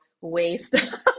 waste